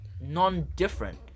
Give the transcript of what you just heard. Non-different